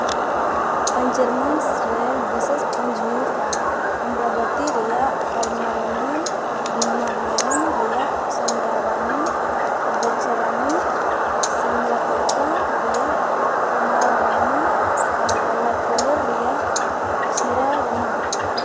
ᱯᱚᱧᱪᱚᱨᱢᱟᱥ ᱨᱮ ᱵᱤᱥᱮᱥ ᱯᱩᱡᱽ ᱦᱩᱭᱩᱜᱼᱟ ᱚᱢᱨᱟᱵᱚᱛᱤ ᱨᱮᱭᱟᱜ ᱚᱨᱢᱟᱨᱟᱢᱚᱢ ᱵᱷᱤᱢᱟ ᱵᱷᱟᱨᱚᱢ ᱨᱮᱭᱟᱜ ᱥᱚᱢᱨᱟᱨᱟᱢᱚᱢ ᱫᱟᱡᱨᱟᱢᱚᱢ ᱥᱚᱢᱞᱟ ᱠᱳᱴᱴᱟ ᱨᱮᱭᱟᱜ ᱠᱳᱢᱟᱨᱟᱢᱟ ᱟᱨ ᱯᱟᱞᱞᱟᱠᱩᱞᱟᱨ ᱨᱮᱭᱟᱜ ᱠᱷᱤᱨᱟᱨᱟᱢᱟ